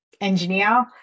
engineer